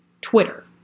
Twitter